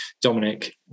Dominic